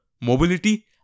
mobility